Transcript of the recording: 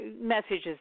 messages